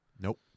Nope